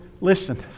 listen